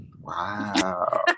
Wow